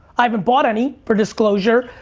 i haven't bought any, for disclosure,